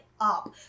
up